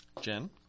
Jen